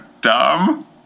Dumb